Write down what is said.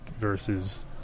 versus